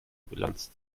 bilanz